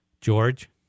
george